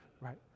right